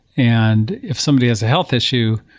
and if somebody has a health issue,